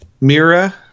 Mira